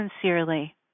sincerely